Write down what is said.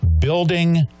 Building